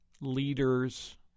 leaders